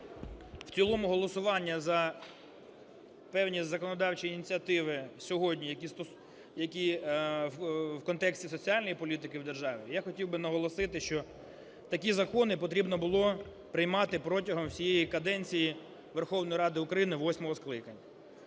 в цілому голосування за певні законодавчі ініціативи сьогодні, які в контексті соціальної політики в державі, я хотів би наголосити, що такі закони потрібно було приймати протягом всієї каденції Верховної Ради України восьмого скликання.